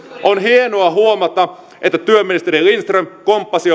on hienoa huomata että työministeri lindström komppasi jo